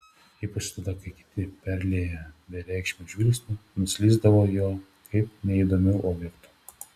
ypač tada kai kiti perlieję bereikšmiu žvilgsniu nuslysdavo juo kaip neįdomiu objektu